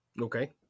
Okay